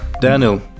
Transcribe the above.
Daniel